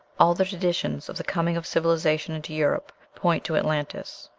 all the traditions of the coming of civilization into europe point to atlantis.